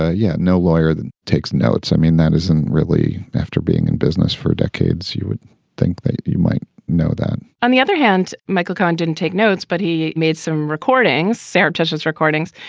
ah yeah. no lawyer that takes notes. i mean, that isn't really after being in business for decades, you would think you might know that on the other hand. michael condon take notes. but he made some recordings, surreptitious recordings,